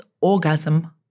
Orgasm